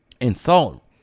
insult